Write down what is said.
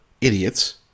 idiots